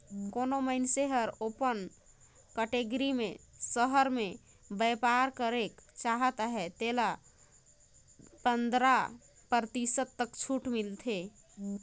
कोनो मइनसे हर ओपन कटेगरी में सहर में बयपार करेक चाहत अहे तेला पंदरा परतिसत तक छूट मिलथे